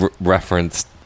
referenced